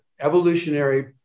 evolutionary